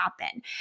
happen